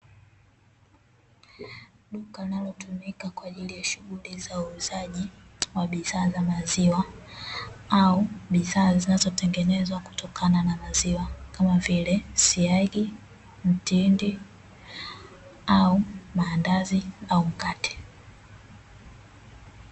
Duka linalotumika kwa ajili ya shughuli za uuzaji wa bidhaa za maziwa au bidhaa zinazotengenezwa kutokana na maziwa kama vile siagi, mtindi au maandazi au mkate.